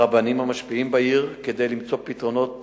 הרבנים המשפיעים בעיר, כדי למצוא פתרונות